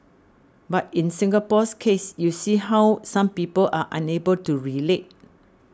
but in Singapore's case you see how some people are unable to relate